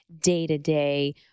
day-to-day